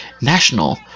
national